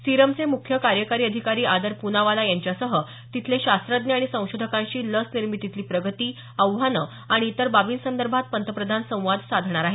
सीरमचे मुख्य कार्यकारी अधिकारी आदर पुनावाला यांच्यासह तिथले शास्त्रज्ञ आणि संशोधकांशी लसनिर्मितीतली प्रगती आव्हानं आणि इतर बाबीसंदर्भात पंतप्रधान संवाद साधणार आहेत